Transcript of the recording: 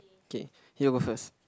okay you go first